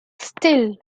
still